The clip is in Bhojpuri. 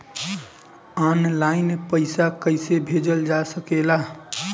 आन लाईन पईसा कईसे भेजल जा सेकला?